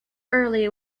early